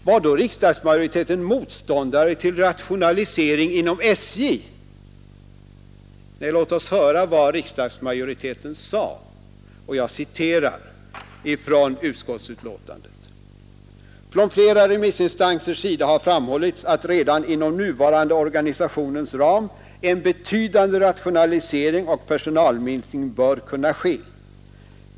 Var då riksdagsmajoriteten motståndare till rationalisering inom SJ? Låt oss höra vad riksdagsmajoriteten sade, och jag citerar ur utskottsbetänkandet: ”Från flera remissinstansers sida har framhållits att redan inom den nuvarande organisationens ram en betydande rationalisering och personalminskning bör kunna ske.